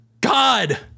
God